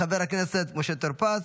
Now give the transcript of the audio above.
חבר הכנסת משה טור פז,